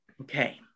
Okay